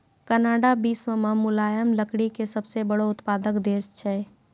Canada विश्व मॅ मुलायम लकड़ी के सबसॅ बड़ो उत्पादक देश छै